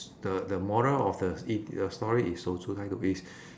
s~ the the moral of the it the story is 守株待兔 is